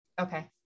okay